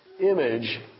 image